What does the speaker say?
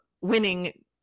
winning